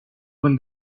when